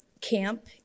camp